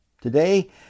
Today